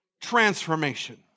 transformation